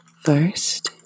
First